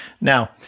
now